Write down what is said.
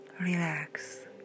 relax